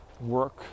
work